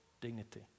dignity